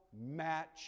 match